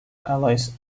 allies